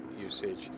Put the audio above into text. usage